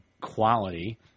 quality